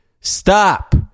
Stop